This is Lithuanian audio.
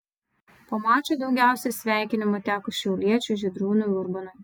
po mačo daugiausiai sveikinimų teko šiauliečiui žydrūnui urbonui